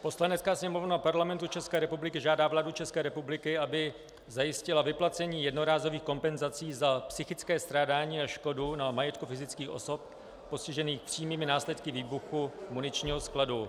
Poslanecká sněmovna Parlamentu České republiky žádá vládu České republiky, aby zajistila vyplacení jednorázových kompenzací za psychické strádání a škodu na majetku fyzických osob postižených přímými následky výbuchu muničního skladu.